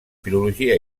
filologia